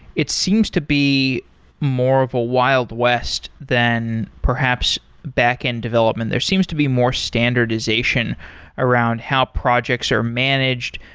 it seems to be more of a wild west than perhaps backend development. there seems to be more standardization around how projects are managed,